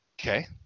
Okay